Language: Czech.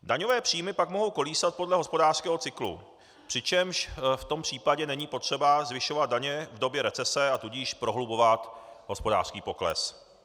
Daňové příjmy pak mohou kolísat podle hospodářského cyklu, přičemž v tom případě není potřeba zvyšovat daně v době recese, a tudíž prohlubovat hospodářský pokles.